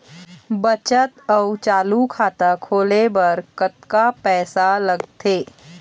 बचत अऊ चालू खाता खोले बर कतका पैसा लगथे?